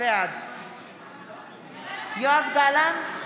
בעד יואב גלנט,